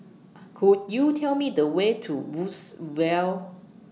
Could YOU Tell Me The Way to Woodsville